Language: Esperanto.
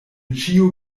ĉio